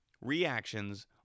Reactions